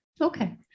Okay